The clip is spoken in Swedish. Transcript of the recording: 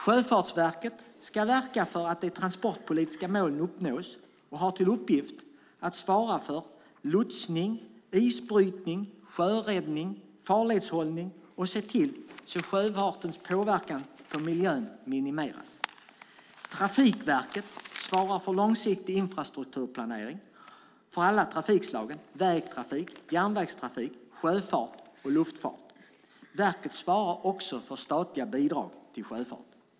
Sjöfartsverket ska verka för att de transportpolitiska målen uppnås och har till uppgift att svara för lotsning, isbrytning, sjöräddning, farledshållning och att se till att sjöfartens påverkan på miljön minimeras. Trafikverket svarar för långsiktig infrastrukturplanering för alla trafikslagen, vägtrafik, järnvägstrafik, sjöfart och luftfart. Verket svarar också för statliga bidrag till sjöfarten.